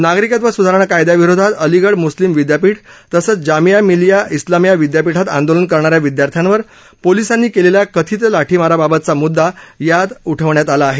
नागरिकत्व सुधारणा कायद्याविरोधात अलीगड मुस्लिम विद्यापीठ तसंच जामिया मिलीया इस्लामिया विद्यापीठात आंदोलन करणा या विद्यार्थ्यांवर पोलिसांनी केलेल्या कथित लाठीमाराबाबतचा मुद्दा यात उठवण्यात आला आहे